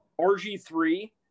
RG3